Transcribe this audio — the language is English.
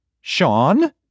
Sean